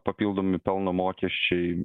papildomi pelno mokesčiai